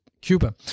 Cuba